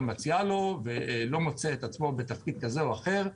מציעה לו ולא מוצא את עצמו בתפקיד כזה או אחר,